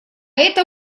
это